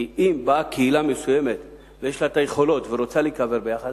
כי אם באה קהילה מסוימת ויש לה היכולות והיא רוצה להיקבר ביחד,